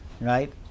right